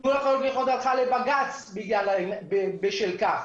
תנו לחיות לחיות הלכה לבג"ץ בשל כך.